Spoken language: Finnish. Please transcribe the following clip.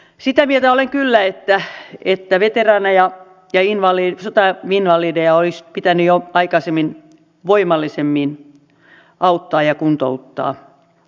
sitä mieltä olen kyllä että veteraaneja ja sotainvalideja olisi pitänyt jo aikaisemmin voimallisemmin auttaa ja kuntouttaa